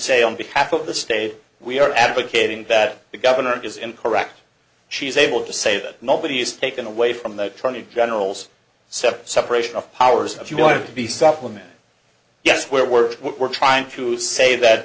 say on behalf of the state we are advocating that the governor is incorrect she's able to say that nobody is taken away from the attorney general's separate separation of powers if you want to be supplement yes we're we're we're trying to say that